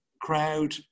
crowd